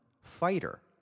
fighter